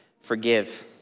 forgive